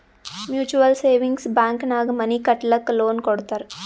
mutual savings bank ನಾಗ್ money ಕಟ್ಟಲಕ್ಕ್ loan ಕೊಡ್ತಾರ್